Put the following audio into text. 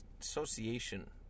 association